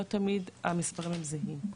לא תמיד המספרים הם זהים,